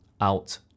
out